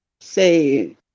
say